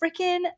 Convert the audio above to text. freaking